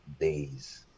days